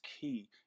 key